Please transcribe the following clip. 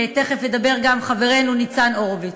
ותכף ידבר גם חברנו ניצן הורוביץ.